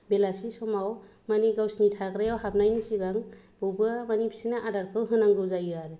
बेलासि समाव माने गावसोरनि थाग्रायाव हाबनायनि सिगां बबेयावबा माने बिसोरनो आदारखौ होनांगौ जायो आरो